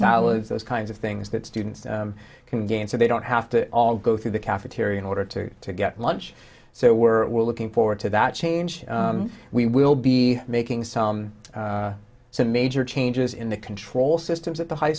salads those kinds of things that students can gain so they don't have to all go through the cafeteria in order to to get lunch so we're looking forward to that change we will be making some some major changes in the control systems at the high